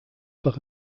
par